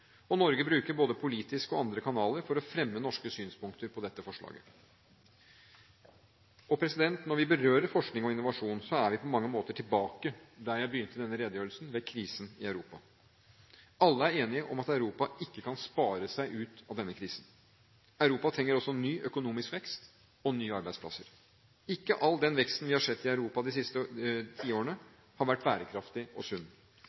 og Norge bruker både politiske og andre kanaler for å fremme norske synspunkter på dette forslaget. Når vi berører forskning og innovasjon, er vi på mange måter tilbake der jeg begynte denne redegjørelsen: ved krisen i Europa. Alle er enige om at Europa ikke kan spare seg ut av denne krisen. Europa trenger også ny økonomisk vekst og nye arbeidsplasser. Ikke all den veksten vi har sett i Europa de siste tiårene, har vært bærekraftig og